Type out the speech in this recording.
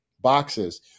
boxes